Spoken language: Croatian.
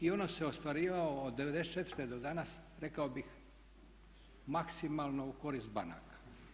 I ono se ostvarivalo od '94. do danas rekao bih maksimalno u korist banaka.